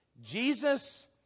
Jesus